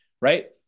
right